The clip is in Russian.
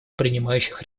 принимающих